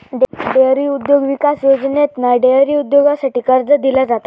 dairy उद्योग विकास योजनेतना डेअरी उद्योगासाठी कर्ज दिला जाता